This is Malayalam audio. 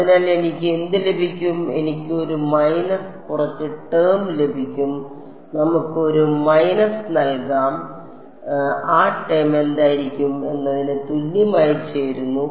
അതിനാൽ എനിക്ക് എന്ത് ലഭിക്കും എനിക്ക് ഒരു മൈനസ് കുറച്ച് ടേം ലഭിക്കും നമുക്ക് ഒരു മൈനസ് നൽകാം മൈനസ് ആ ടേം എന്തായിരിക്കും എന്നതിന് തുല്യമായി ചേരുന്നു